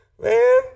Man